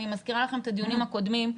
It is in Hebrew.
אני מזכירה לכם את הדיונים הקודמים,